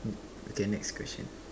okay next question